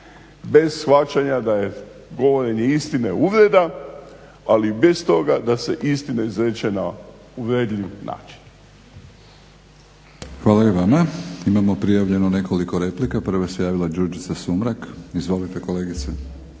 bez shvaćanja da je govorenje istine uvreda, ali i bez toga da se istina izreče na uvredljiv način. **Batinić, Milorad (HNS)** Hvala i vama. Imamo prijavljeno nekoliko replika. Prva se javila Đurđica Sumrak. Izvolite kolegice.